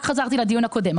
אני רק חזרתי לדיון הקודם.